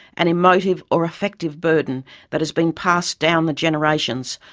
an emotive or affective burden that has been passed down the generations,